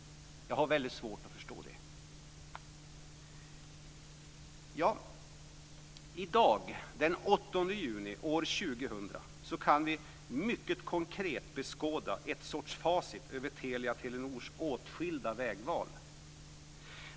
Jag har väldigt svårt att förstå det. I dag, den 8 juni år 2000, kan vi mycket konkret beskåda en sorts facit över Telias och Telenors åtskilda vägval.